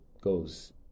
goes